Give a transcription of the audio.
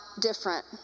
different